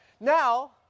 now